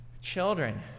children